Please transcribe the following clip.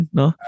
no